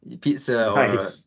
pizza